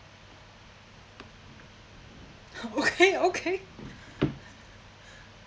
okay okay